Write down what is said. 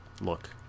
Look